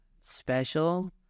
special